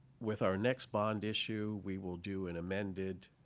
with our next bond issue, we will do an amended